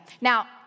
Now